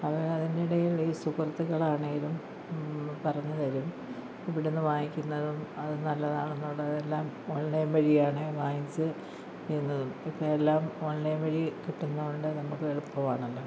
അവർ അതിനിടയിൽ ഈ സുഹൃത്തുക്കൾ ആണെങ്കിലും പറഞ്ഞുതരും ഇവിടുന്ന് വാങ്ങിക്കുന്നതും അത് നല്ലതാണെന്നുള്ളതെല്ലാം ഓൺലൈൻ വഴിയാണ് വാങ്ങിച്ച് ഇരുന്നതും പിന്നെ എല്ലാം ഓൺലൈൻ വഴി കിട്ടുന്നതുകൊണ്ട് നമുക്ക് എളുപ്പം ആണല്ലോ